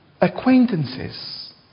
acquaintances